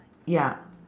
ya